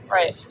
Right